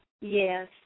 Yes